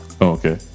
Okay